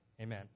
Amen